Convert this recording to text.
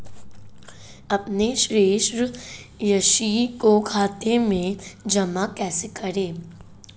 अपने शेष राशि को खाते में जमा कैसे करें?